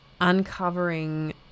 uncovering